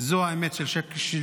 זו האמת של שיקלי.